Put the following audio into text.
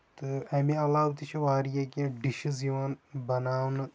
تہٕ اَمہِ علاوٕ تہِ چھُ واریاہ کینٛہہ ڈِشسز یِوان بَناونہٕ